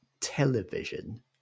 television